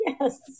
Yes